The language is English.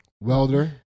Welder